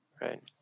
right